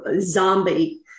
zombie